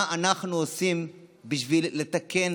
מה אנחנו עושים בשביל לתקן,